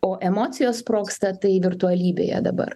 o emocijos sprogsta tai virtualybėje dabar